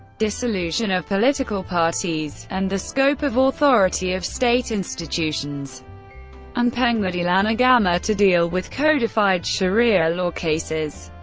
dissolution of political parties, and the scope of authority of state institutions and pengadilan agama to deal with codified sharia law cases.